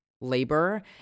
labor